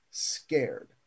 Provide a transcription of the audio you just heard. scared